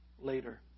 later